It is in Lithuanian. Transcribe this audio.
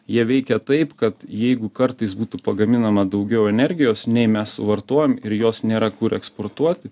jie veikia taip kad jeigu kartais būtų pagaminama daugiau energijos nei mes suvartojam ir jos nėra kur eksportuoti